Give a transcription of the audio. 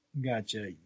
Gotcha